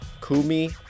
Kumi